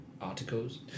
Articles